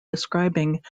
describing